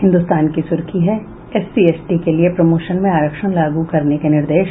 हिन्दुस्तान की सुर्खी है एससी एसटी के लिये प्रमोशन में आरक्षण लागू करने के निर्देश